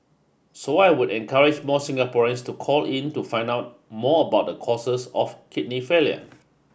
so I would encourage more Singaporeans to call in to find out more about the causes of kidney failure